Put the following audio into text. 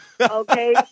Okay